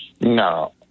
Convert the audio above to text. No